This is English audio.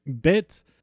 bit